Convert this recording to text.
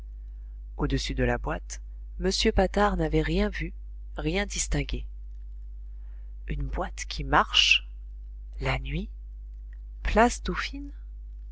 au-dessus de la boîte m patard n'avait rien vu rien distingué une boîte qui marche la nuit place